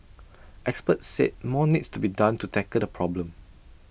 experts said more needs to be done to tackle the problem